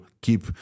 keep